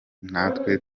natwe